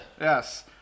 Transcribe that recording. Yes